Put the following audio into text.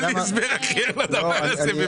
אין לי הסבר אחר לדבר הזה.